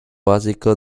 básico